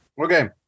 Okay